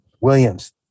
Williams